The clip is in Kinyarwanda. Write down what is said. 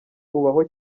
ubaho